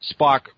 Spock